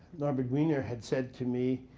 norbert wiener had said to me